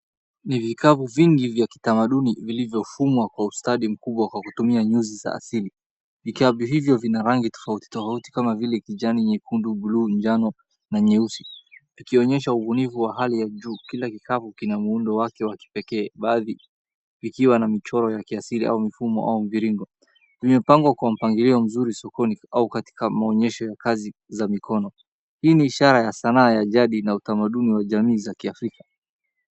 Ni vikapu vingi vya kitamaduni vilivyofumwa kwa ustadi mkubwa kwa kutumia nyuzi za asili. Vikapu hivyo vina rangi tofauti tofauti kama vile kijani, nyekundu, buluu, njano na nyeusi, vikionyesha ubunifu wa hali ya juu. Kila kikapu kina muundo wake wa kipekee, baadhi ikiwa na michoro ya kiasili au mfumo au mviringo. Vimepangwa kwa mpangilio mzuri sokoni au katika maonyesho ya kazi za mikono. Hii ni ishara ya sana ya jadi na utamaduni wa jamii za kiafrika.